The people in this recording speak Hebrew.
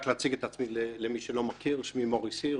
רק להציג את עצמי למי שלא מכיר: שמי מוריס הירש,